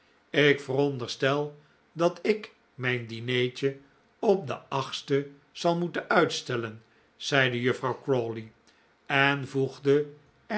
ik veronderstel dat ik mijn dinertje op den sten zal moeten uitstellen zeide juffrouw crawley en voegde er